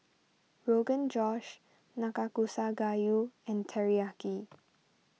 Rogan Josh Nanakusa Gayu and Teriyaki